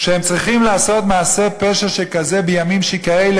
שהם צריכים לעשות מעשה פשע כזה בימים כאלה,